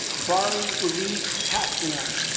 bari lease pasternak